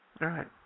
Right